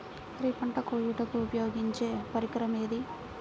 వరి పంట కోయుటకు ఉపయోగించే పరికరం ఏది?